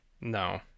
No